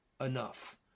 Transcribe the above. enough